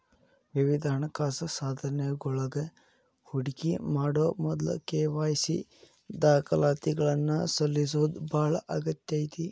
ವಿವಿಧ ಹಣಕಾಸ ಸಾಧನಗಳೊಳಗ ಹೂಡಿಕಿ ಮಾಡೊ ಮೊದ್ಲ ಕೆ.ವಾಯ್.ಸಿ ದಾಖಲಾತಿಗಳನ್ನ ಸಲ್ಲಿಸೋದ ಬಾಳ ಅಗತ್ಯ ಐತಿ